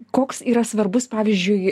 koks yra svarbus pavyzdžiui